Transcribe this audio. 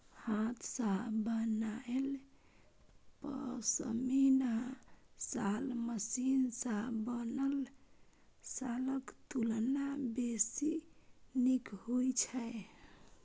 हाथ सं बनायल पश्मीना शॉल मशीन सं बनल शॉलक तुलना बेसी नीक होइ छै